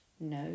No